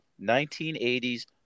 1980s